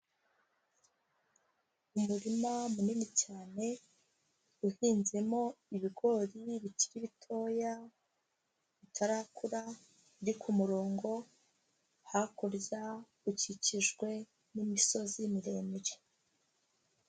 Umurima munini cyane, uhinzemo ibigori bikiri bitoya, bitarakura biri kumurongo, hakurya ukikijwe n'imisozi miremire.